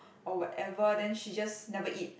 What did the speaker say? or whatever then she just never eat